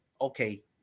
okay